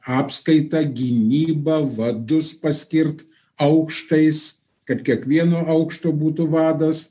apskaitą gynybą vadus paskirt aukštais kad kiekvieno aukšto būtų vadas